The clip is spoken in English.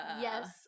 Yes